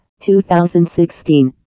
2016